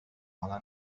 على